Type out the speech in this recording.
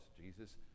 Jesus